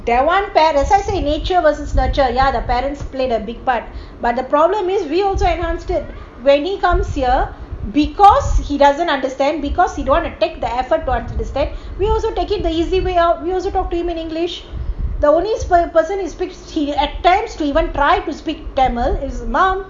that one parents that's why I say nature versus nurture ya the parents played a big part but the problem is we also enhanced it when he comes here because he doesn't understand because you don't want to take the effort to understand we also take it the easy way out we also talk to him in english the only person he attempts to even try to speak in tamil is mum